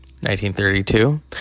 1932